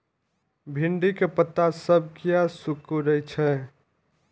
भिंडी के पत्ता सब किया सुकूरे छे?